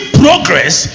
progress